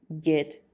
get